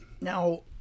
now